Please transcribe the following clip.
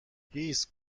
هیس